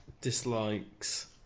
dislikes